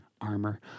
armor